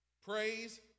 Praise